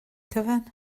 cyfan